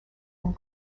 and